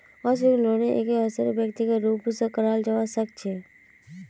असुरक्षित लोनेरो एक स्तरेर व्यक्तिगत रूप स कराल जबा सखा छ